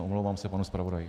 Omlouvám se panu zpravodaji.